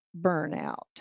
burnout